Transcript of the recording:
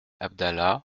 abdallah